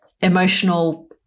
emotional